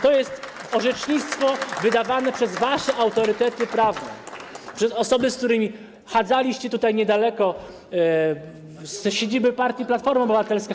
To jest orzecznictwo wydawane przez wasze autorytety prawne, przez osoby, z którymi chadzaliście tutaj niedaleko z siedziby partii Platformy Obywatelskiej.